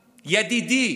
ידידי,